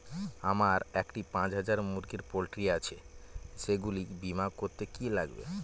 আমার একটি পাঁচ হাজার মুরগির পোলট্রি আছে সেগুলি বীমা করতে কি লাগবে?